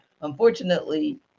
unfortunately